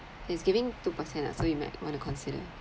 it's giving two percent lah so you might want to consider